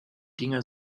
dinger